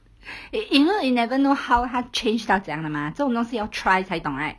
eh you never know how 他 change 到怎样的吗这种东西要 try 才懂 right